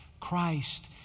Christ